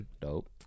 Dope